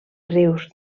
rius